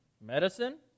Medicine